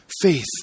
Faith